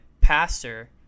pastor